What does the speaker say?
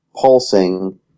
pulsing